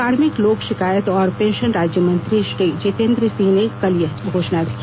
कार्मिक लोक शिकायत और पेंशन राज्य मंत्री श्री जितेन्द्र सिंह ने कल यह घोषणा की